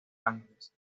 ángeles